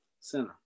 center